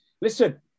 listen